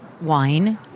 wine